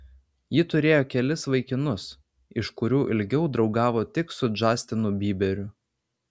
ji turėjo kelis vaikinus iš kurių ilgiau draugavo tik su džastinu byberiu